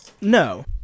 No